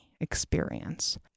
experience